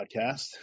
podcast